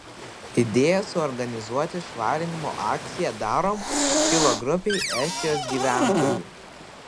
idėja suorganizuoti švarinimo akciją darom kilo grupei estijos gyventojų